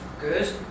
good